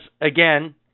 again